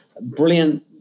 brilliant